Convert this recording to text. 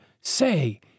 Say